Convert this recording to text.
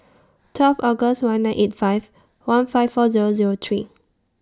twelve August one nine eight five one five four Zero Zero three